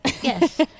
Yes